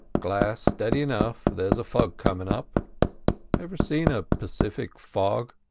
glass steady enough there's a fog coming up ever seen a pacific fog?